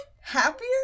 Happier